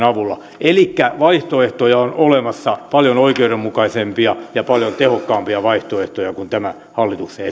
avulla elikkä vaihtoehtoja on olemassa paljon oikeudenmukaisempia ja paljon tehokkaampia vaihtoehtoja kuin tämä hallituksen